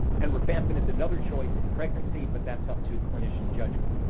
and rifampin is another choice in pregnancy, but that's up to clinician judgment.